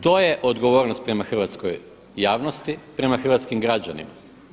To je odgovornost prema hrvatskoj javnosti, prema hrvatskim građanima.